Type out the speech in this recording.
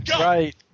Right